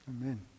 Amen